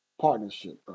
partnership